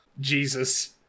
Jesus